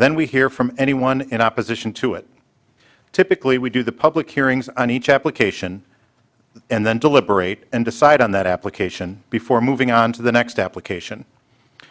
then we hear from anyone in opposition to it typically we do the public hearings on each application and then deliberate and decide on that application before moving on to the next application